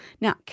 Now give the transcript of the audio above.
Now